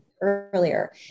earlier